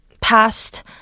past